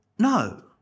No